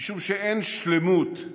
משום שאין שלמות,